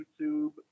youtube